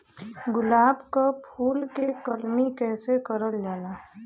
गुलाब क फूल के कलमी कैसे करल जा सकेला?